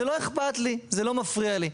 זה בסדר, זה לא אכפת לי, זה לא מפריע לי.